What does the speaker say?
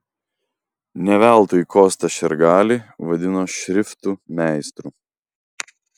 ne veltui kostą šergalį vadino šriftų meistru